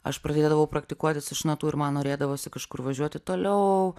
aš pradėdavau praktikuotis iš natų ir man norėdavosi kažkur važiuoti toliau